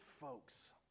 folks